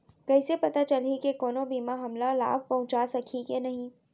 कइसे पता चलही के कोनो बीमा हमला लाभ पहूँचा सकही के नही